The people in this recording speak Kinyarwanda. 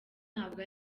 ntabwo